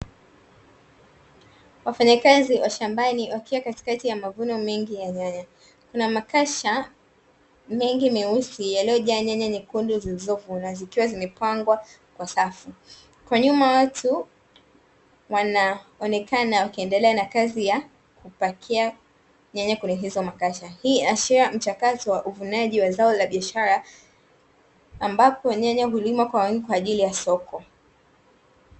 Wafanyakazi wa shambani wakiwa katikati ya mavuno mengi ya nyanya kuna makasha mengi meusi yaliyojaa nyanya nyekundu zilizovunwa zikiwa zimepangwa kwa safu, kwa nyuma watu wanaonekana wakiendelea na kazi ya kupakia nyanya kwenye hizo makasha, hii inaashiria mchakato wa uvunaji wa zao la biashara ambapo nyanya hulimwa kwa awamu kwaajili ya soko.